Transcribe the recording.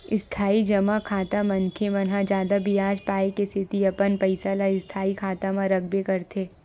इस्थाई जमा खाता मनखे मन ह जादा बियाज पाय के सेती अपन पइसा ल स्थायी खाता म रखबे करथे